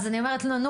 אז אני אומרת לו,